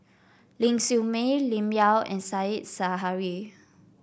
Ling Siew May Lim Yau and Said Zahari